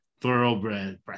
thoroughbred